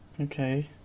Okay